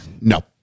No